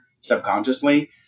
subconsciously